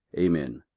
amen,